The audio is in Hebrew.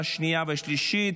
בעד, 16, נגד, שלושה.